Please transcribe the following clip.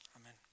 Amen